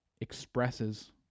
expresses